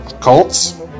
Colts